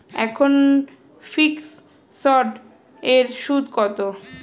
এখন ফিকসড এর সুদ কত?